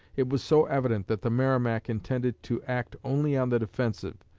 it was so evident that the merrimac intended to act only on the defensive,